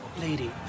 Lady